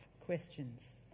questions